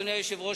אדוני היושב-ראש,